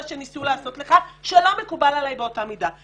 שניסו לעשות לך שלא מקובל עלי באותה מידה.